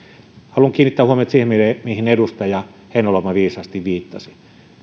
haluan kiinnittää huomiota siihen mihin edustaja heinäluoma viisaasti viittasi